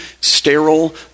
sterile